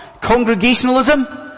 congregationalism